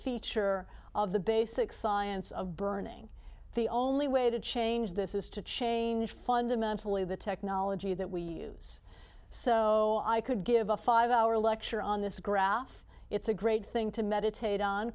feature of the basic science of burning the only way to change this is to change fundamentally the technology that we use so i could give a five hour lecture on this graph it's a great thing to meditate on